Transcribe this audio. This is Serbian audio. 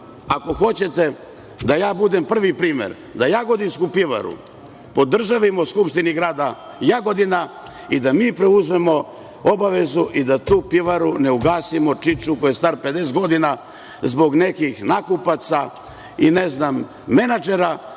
ako hoćete da ja budem prvi primer, da Jagodinsku pivaru podržavimo Skupštini grada Jagodine i da mi preuzmemo obavezu i da tu piviru ne ugasimo, priču koja je stara 50 godina, zbog nekih nakupaca i, ne znam, menadžera